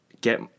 get